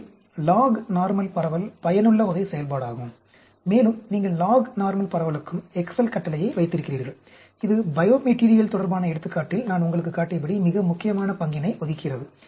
எனவே log normal பரவல் பயனுள்ள வகை செயல்பாடாகும் மேலும் நீங்கள் லாக் நார்மல் பரவலுக்கும் எக்செல் கட்டளையை வைத்திருக்கிறீர்கள் இது பயோமெட்டீரியல் தொடர்பான எடுத்துக்காட்டில் நான் உங்களுக்கு காட்டியபடி மிக முக்கியமான பங்கினை வகிக்கிறது